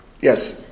Yes